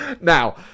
Now